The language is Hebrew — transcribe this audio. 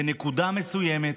בנקודה מסוימת,